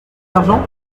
d’argent